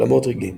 למוטריגין